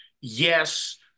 yes